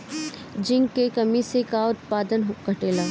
Zinc की कमी से का उत्पादन घटेला?